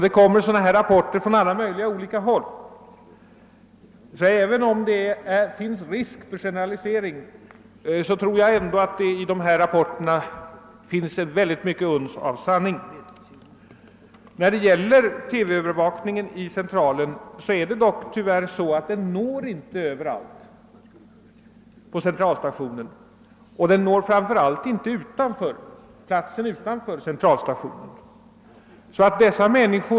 Det förekommer sådana här rapporter från alla möjliga olika håll. även om det finns risk för generalisering tror jag att det i dessa rapporter finns mycket av sanning. Vad beträffar TV-övervakningen vid Centralen förhåller det sig tyvärr så att den inte når överallt, och den når framför allt inte platsen utanför Centralstationen.